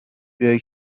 بیای